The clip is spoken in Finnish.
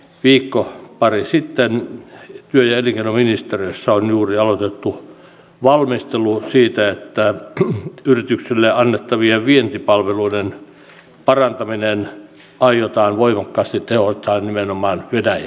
viikko pari sitten lyönyt ministeriössä on juuri aloitettu valmistelu siitä että yrityksille annettavien vientipalveluiden parantaminen aiotaan voimakkaasti tehostaa nimenomaan pidä